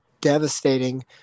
devastating